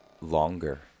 longer